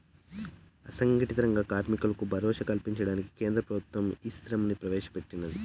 అసంగటిత రంగ కార్మికులకు భరోసా కల్పించడానికి కేంద్ర ప్రభుత్వం ఈశ్రమ్ ని ప్రవేశ పెట్టినాది